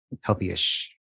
healthy-ish